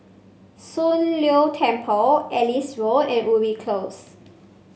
Soon Leng Temple Ellis Road and Ubi Close